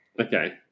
Okay